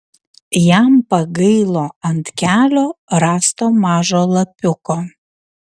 jam pagailo ant kelio rasto mažo lapiuko